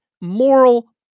moral